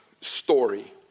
story